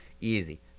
easy